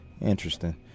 Interesting